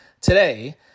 today